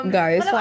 guys